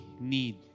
need